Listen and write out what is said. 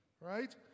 right